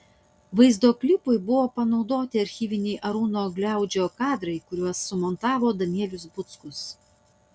vaizdo klipui buvo panaudoti archyviniai arūno gliaudžio kadrai kuriuos sumontavo danielius buckus